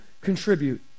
contribute